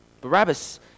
Barabbas